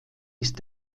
ist